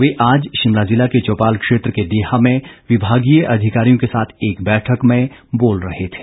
वे आज शिमला जिला के चौपाल क्षेत्र के देहा में विभागीय अधिकारियों के साथ एक बैठक में बोल रहे थे